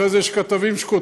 אחרי זה יש כתבים שכותבים,